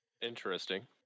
Interesting